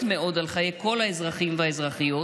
מאוד על חיי כל האזרחים והאזרחיות,